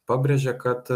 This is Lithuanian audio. pabrėžė kad